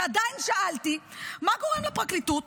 ועדיין שאלתי, מה גורם לפרקליטות